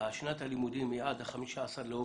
שנת הלימודים היא עד ה-15 באוגוסט.